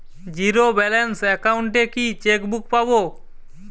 Zero balance account এ কি chequebook পাব?